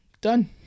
done